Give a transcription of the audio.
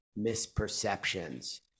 misperceptions